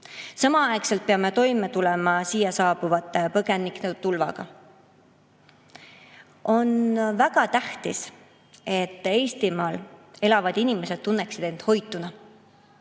Samaaegselt peame toime tulema siia saabuvate põgenike tulvaga. On väga tähtis, et Eestimaal elavad inimesed tunneksid end hoituna.